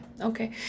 Okay